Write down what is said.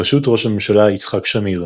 בראשות ראש הממשלה יצחק שמיר.